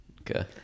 Okay